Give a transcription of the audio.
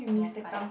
more fun